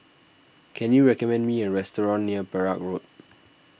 can you recommend me a restaurant near Perak Road